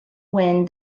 wind